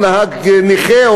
או נהג נכה,